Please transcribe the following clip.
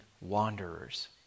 wanderers